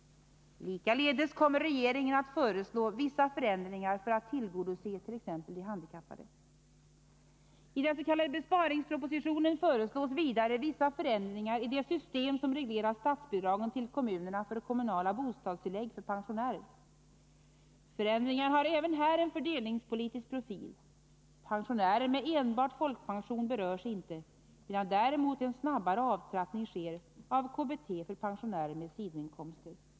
Likaledes kommer regeringen att föreslå vissa förändringar för att tillgodose t.ex. de handikappade. I dens.k. besparingspropositionen föreslås vidare vissa förändringar i det system som reglerar statsbidragen till kommunerna för kommunala bostadstillägg för pensionärer. Förändringarna har även här en fördelningspolitisk profil. Pensionärer med enbart folkpension berörs inte, medan det däremot sker en snabbare avtrappning av KBT för pensionärer med sidoinkomster.